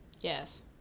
Yes